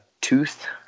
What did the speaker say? tooth